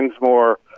more